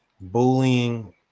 bullying